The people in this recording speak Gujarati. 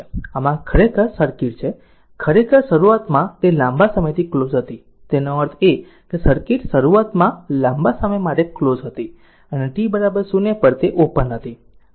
આમ આ ખરેખર આ સર્કિટ છે ખરેખર શરૂઆતમાં તે લાંબા સમયથી ક્લોઝ હતી તેનો અર્થ એ કે આ સર્કિટ શરૂઆતમાં લાંબા સમય માટે ક્લોઝ હતી અને t 0 પર તે ઓપન હતી